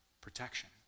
protection